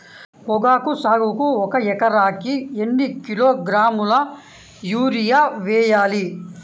పొగాకు సాగుకు ఒక ఎకరానికి ఎన్ని కిలోగ్రాముల యూరియా వేయాలి?